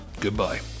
goodbye